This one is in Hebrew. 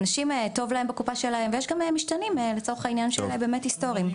לאנשים טוב בקופה שלהם ויש גם משתנים לצורך העניין שהם באמת היסטוריים.